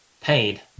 paid